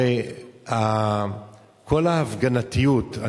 הרי כל ההפגנתיות,